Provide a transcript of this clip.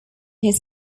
his